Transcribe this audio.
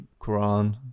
quran